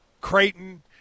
Creighton